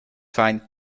find